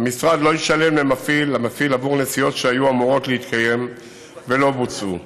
המשרד לא ישלם למפעיל עבור נסיעות שהיו אמורות להתקיים ולא בוצעו.